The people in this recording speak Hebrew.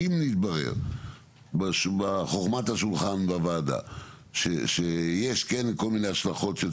אם יתברר בחוכמת השולחן בוועדה שיש כל מיני השלכות,